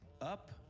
up